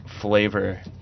flavor